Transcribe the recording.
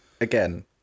Again